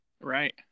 Right